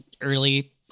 early